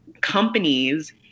companies